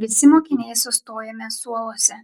visi mokiniai sustojome suoluose